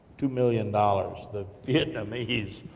two million dollars. the vietnamese,